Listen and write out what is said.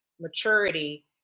maturity